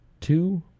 two